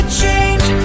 change